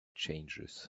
changes